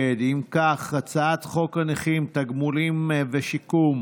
חוק הנכים (תגמולים ושיקום)